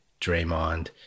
Draymond